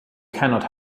cannot